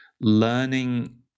learning